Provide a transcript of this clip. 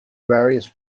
various